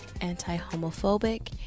anti-homophobic